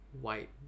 white